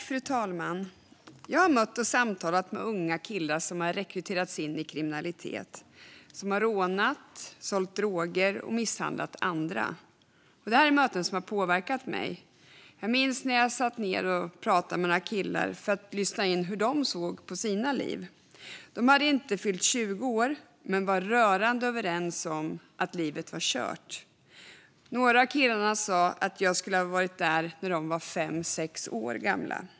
Fru talman! Jag har mött och samtalat med unga killar som har rekryterats in i kriminalitet och som har rånat, sålt droger och misshandlat andra. Det är möten som har påverkat mig. Jag minns när jag satt ned och pratade med några killar för att lyssna in hur de såg på sina liv. De hade inte fyllt 20 år men var rörande överens om att livet var kört. Några av killarna sa att jag skulle ha varit där när de var fem sex år gamla.